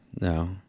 No